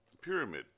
pyramid